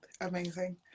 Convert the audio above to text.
Amazing